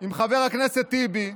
עם חבר הכנסת טיבי,